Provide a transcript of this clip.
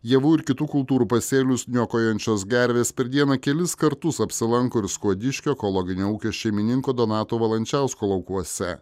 javų ir kitų kultūrų pasėlius niokojančios gervės per dieną kelis kartus apsilanko ir skuodiškio ekologinio ūkio šeimininko donato valančiausko laukuose